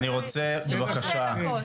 אני רוצה להודות